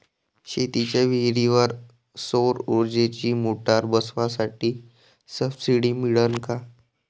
शेतीच्या विहीरीवर सौर ऊर्जेची मोटार बसवासाठी सबसीडी मिळन का?